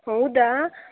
ಹೌದಾ